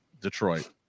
Detroit